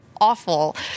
awful